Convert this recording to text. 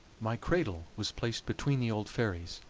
my cradle was placed between the old fairies,